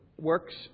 works